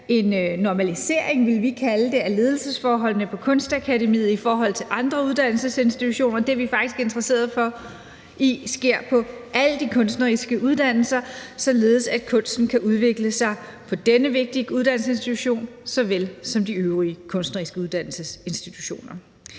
en normalisering – som vi vil kalde det – af ledelsesforholdene på Kunstakademiet i forhold til andre uddannelsesinstitutioner, og det er vi sådan set interesserede i sker på alle de kunstneriske uddannelser, således at kunsten kan udvikle sig på denne vigtige uddannelsesinstitution såvel som de øvrige kunstneriske uddannelsesinstitutioner.